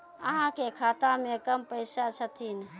अहाँ के खाता मे कम पैसा छथिन?